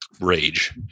rage